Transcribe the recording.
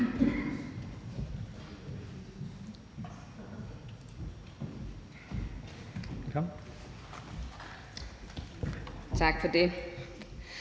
Tak for det,